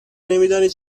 نمیدانی